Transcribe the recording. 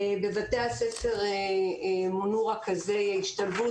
בבתי הספר מונו רכזי השתלבות.